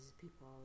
people